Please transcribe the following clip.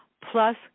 plus